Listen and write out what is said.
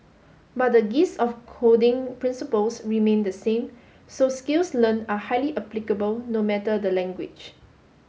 but the gist of coding principles remained the same so skills learnt are highly applicable no matter the language